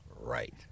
Right